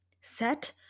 Set